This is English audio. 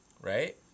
right